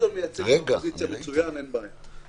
גדעון מייצג את האופוזיציה מצוין, אין בעיה.